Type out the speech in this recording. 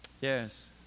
yes